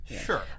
Sure